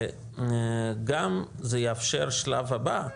וגם זה יאפשר את השלב הבא,